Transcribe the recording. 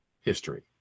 history